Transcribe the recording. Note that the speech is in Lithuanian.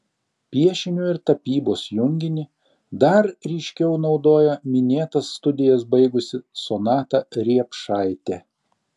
piešinio ir tapybos junginį dar ryškiau naudoja minėtas studijas baigusi sonata riepšaitė